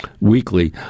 weekly